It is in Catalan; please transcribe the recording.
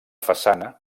façana